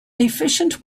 efficient